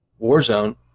Warzone